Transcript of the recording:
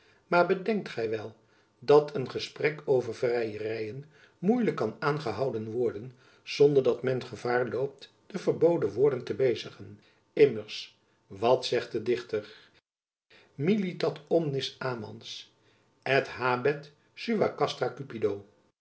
maar bedenkt gy wel dat een gesprek over vrijeryen moeilijk kan aangehouden worden zonder dat men gevaar loopt de verboden woorden te bezigen immers wat zegt de dichter militat omnis amans et habet sua